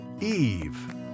Eve